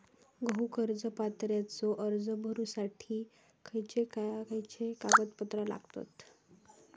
गृह कर्ज पात्रतेचो अर्ज भरुच्यासाठी खयचे खयचे कागदपत्र लागतत?